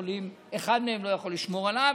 אחד מהם אינו יכול לשמור עליו,